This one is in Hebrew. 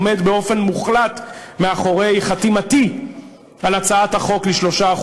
עומד באופן מוחלט מאחורי חתימתי על הצעת החוק להעלאה ל-3%.